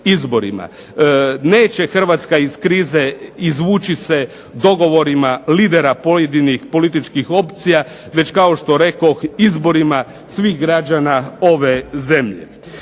Neće Hrvatska iz krize izvući se dogovorima lidera pojedinih političkih opcija, već kao što rekoh izborima svih građana ove zemlje.